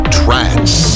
trance